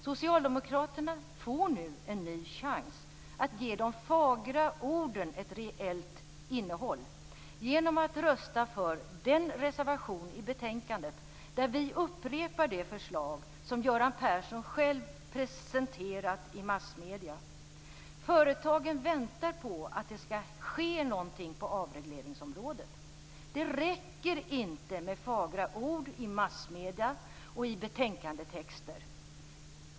Socialdemokraterna får nu en ny chans att ge de fagra orden ett reellt innehåll genom att rösta för den reservation i betänkandet där vi upprepar det förslag som Göran Persson själv presenterat i massmedierna. Företagen väntar på att det skall ske någonting på avregleringsområdet. Det räcker inte med fagra ord i massmedierna och i betänkandetexter.